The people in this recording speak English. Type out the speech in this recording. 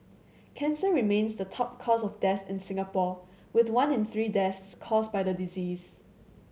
cancer remains the top cause of death in Singapore with one in three deaths caused by the disease